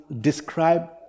describe